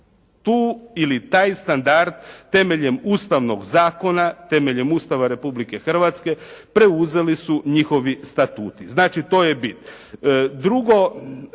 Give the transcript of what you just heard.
Tu ili taj standard temeljem Ustavnog zakona, temeljem Ustava Republike Hrvatske preuzeli su njihovi statuti. Znači to je bit.